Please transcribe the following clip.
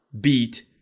beat